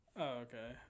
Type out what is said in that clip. Okay